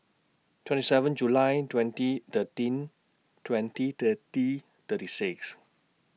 twenty seven July twenty thirteen twenty thirty thirty six